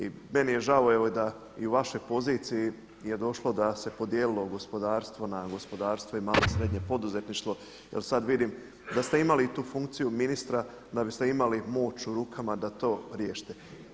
I meni je žao evo da i u vašoj poziciji je došlo da se podijelilo gospodarstvo na gospodarstvo i na malo i srednje poduzetništvo, jer sad vidim da ste imali tu funkciju ministra da biste imali moć u rukama da to riješite.